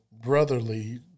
brotherly